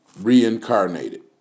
reincarnated